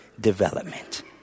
development